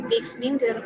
veiksminga ir